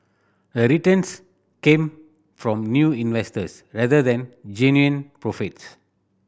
the returns came from new investors rather than genuine profits